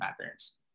patterns